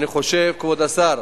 אני חושב, כבוד השר,